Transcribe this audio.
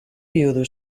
viudo